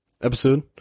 episode